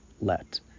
let